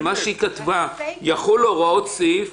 מה שהיא כתבה: יחולו הוראות סעיף